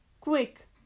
Quick